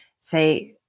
say